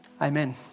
Amen